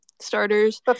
Starters